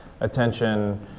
attention